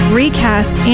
recast